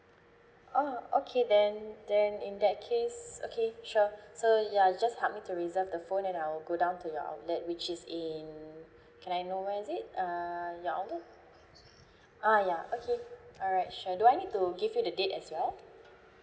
oh okay then then in that case okay sure so ya you just help me to reserve the phone and I'll go down to your outlet which is in can I know where is it uh your outlet uh yeah okay alright sure do I need to give you the date as well